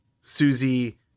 Susie